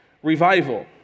Revival